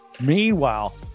Meanwhile